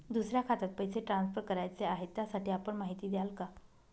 दुसऱ्या खात्यात पैसे ट्रान्सफर करायचे आहेत, त्यासाठी आपण माहिती द्याल का?